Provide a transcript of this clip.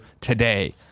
today